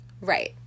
right